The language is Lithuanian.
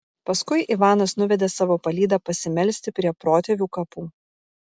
paskui ivanas nuvedė savo palydą pasimelsti prie protėvių kapų